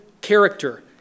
character